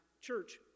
church